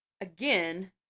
again